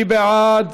מי בעד?